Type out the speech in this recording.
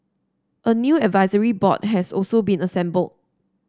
a new advisory board has also been assembled